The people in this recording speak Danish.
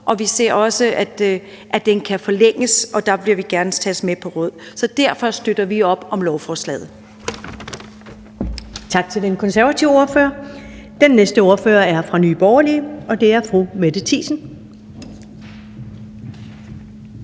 Og vi ser også på, at det kan forlænges, og der vil vi gerne tages med på råd. Så derfor støtter vi op om lovforslaget. Kl. 12:45 Første næstformand (Karen Ellemann): Tak til den konservative ordfører. Den næste ordfører er fra Nye Borgerlige, og det er fru Mette Thiesen.